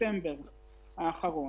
בספטמבר האחרון.